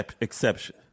exception